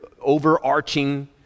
overarching